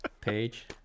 page